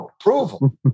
approval